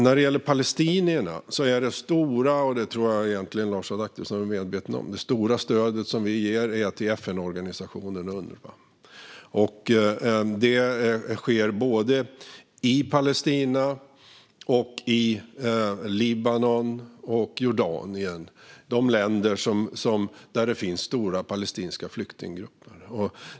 När det gäller palestinierna tror jag att Lars Adaktusson egentligen är medveten om att det stora stödet vi ger är till FN-organisationen Unrwa. Det sker i Palestina men också i Libanon och Jordanien, de länder där det finns stora palestinska flyktinggrupper.